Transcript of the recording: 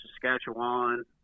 Saskatchewan